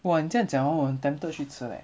!wah! 你这样讲 hor 我很 tempted 去吃 leh